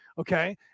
Okay